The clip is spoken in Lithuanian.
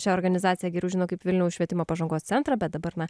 šią organizaciją geriau žino kaip vilniaus švietimo pažangos centrą bet dabar na